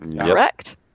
Correct